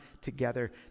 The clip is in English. together